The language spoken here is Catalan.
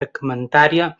fragmentària